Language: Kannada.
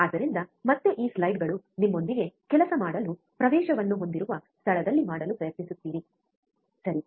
ಆದ್ದರಿಂದ ಮತ್ತೆ ಈ ಸ್ಲೈಡ್ಗಳು ನಿಮ್ಮೊಂದಿಗೆ ಕೆಲಸ ಮಾಡಲು ಪ್ರವೇಶವನ್ನು ಹೊಂದಿರುವ ಸ್ಥಳದಲ್ಲಿ ಮಾಡಲು ಪ್ರಯತ್ನಿಸುತ್ತೀರಿ ಸರಿ